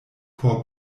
por